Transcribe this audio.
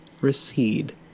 recede